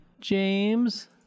James